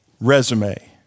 resume